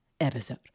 episode